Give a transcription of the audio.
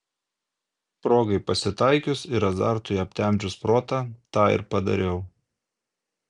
progai pasitaikius ir azartui aptemdžius protą tą ir padariau